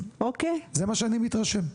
זה מה שאני מתרשם,